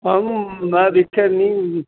ਹਾਂ ਮੈਂ ਦੇਖਿਆ ਨਹੀਂ